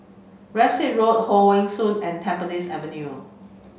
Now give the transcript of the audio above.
Rams Road Hong Wen School and Temasek Avenue